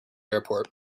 airport